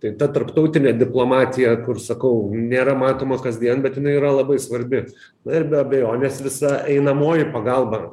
tai ta tarptautinė diplomatija kur sakau nėra matoma kasdien bet jinai yra labai svarbi ir be abejonės visa einamoji pagalba